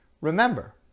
remember